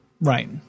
Right